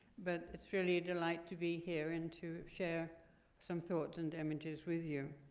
but it's really a delight to be here and to share some thoughts and images with you.